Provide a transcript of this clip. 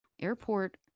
Airport